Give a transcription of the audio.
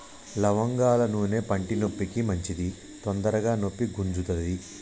లవంగాల నూనె పంటి నొప్పికి మంచిది తొందరగ నొప్పి గుంజుతది